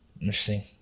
Interesting